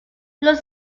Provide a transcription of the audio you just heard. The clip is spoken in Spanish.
los